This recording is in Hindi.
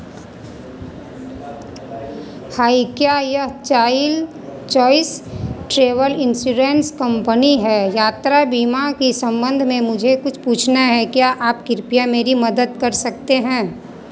हाई क्या यह चाईल चॉइस ट्रैवल इंश्योरेंस कंपनी है यात्रा बीमा के संबंध में मुझे कुछ पूछना है क्या आप कृपया मेरी मदद कर सकते हैं